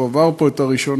הוא עבר פה את הראשונה,